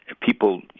people